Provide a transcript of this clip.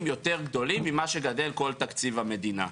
יותר גדולים ממה שגדל כל תקציב המדינה.